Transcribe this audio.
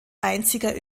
einziger